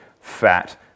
fat